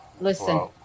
Listen